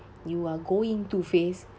you are going to face